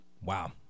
Wow